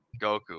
Goku